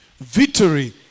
Victory